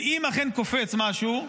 ואם אכן קופץ משהו,